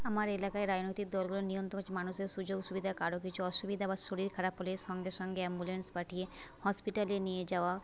আমার এলাকায় রাজনৈতিক দলগুলোর হচ্ছে মানুষের সুযোগ সুবিধা কারও কিছু অসুবিধা বা শরীর খারাপ হলে সঙ্গে সঙ্গে অ্যাম্বুলেন্স পাঠিয়ে হসপিটালে নিয়ে যাওয়া